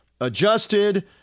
adjusted